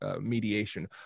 mediation